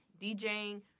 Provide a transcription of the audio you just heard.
DJing